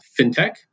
fintech